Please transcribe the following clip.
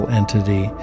entity